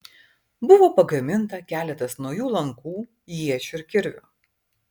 buvo pagaminta keletas naujų lankų iečių ir kirvių